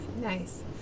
nice